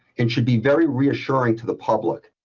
and should be very reassuring to the public.